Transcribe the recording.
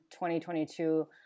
2022